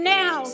now